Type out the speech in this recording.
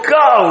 go